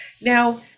now